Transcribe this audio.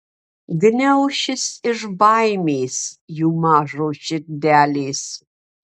gniaušis iš baimės jų mažos širdelės